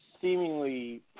seemingly